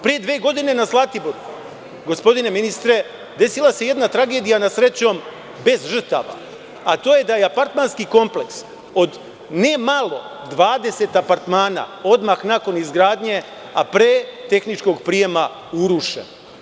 Pre dve godine na Zlatiboru, gospodine ministre, desila se jedna tragedija, srećom bez žrtava, a to je da je apartmanski kompleks od ne malo, 20 apartmana odmah nakon izgradnje, a pre tehničkog prijema urušen.